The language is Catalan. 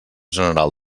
general